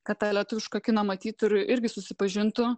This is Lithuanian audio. kad tą lietuvišką kiną matytų ir irgi susipažintų